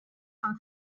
from